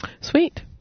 sweet